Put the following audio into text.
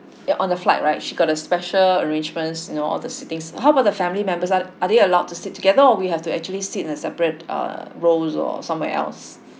yeah on the flight right she got a special arrangements you know all the seatings how about the family members are are they allowed to sit together or we have to actually sit in a separate err rows or somewhere else